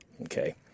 Okay